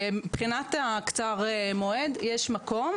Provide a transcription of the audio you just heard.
מבחינת הקצר מועד יש מקום,